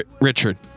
Richard